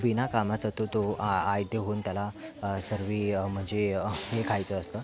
विना कामाचा तो तो आ आयते होऊन त्याला सर्व म्हणजे हे खायचं असतं